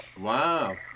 Wow